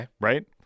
right